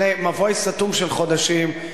אחרי מבוי סתום של חודשים,